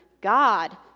God